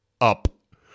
up